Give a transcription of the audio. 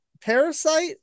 parasite